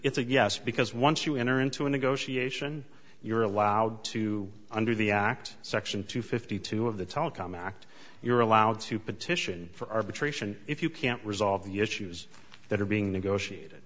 it's a yes because once you enter into a negotiation you're allowed to under the act section two fifty two of the telecom act you're allowed to petition for arbitration if you can't resolve the issues that are being negotiate